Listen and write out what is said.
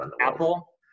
Apple